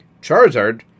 Charizard